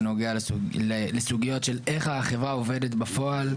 שנוגע לסוגיות של איך החברה עובדת בפועל.